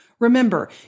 Remember